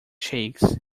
shakes